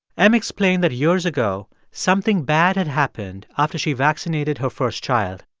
m explained that, years ago, something bad had happened after she vaccinated her first child.